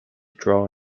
draw